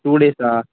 two డేసా